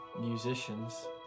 musicians